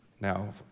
Now